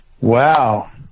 Wow